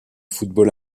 football